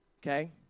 okay